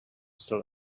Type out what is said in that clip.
still